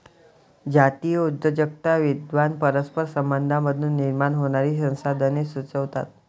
जातीय उद्योजकता विद्वान परस्पर संबंधांमधून निर्माण होणारी संसाधने सुचवतात